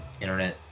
internet